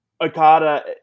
Okada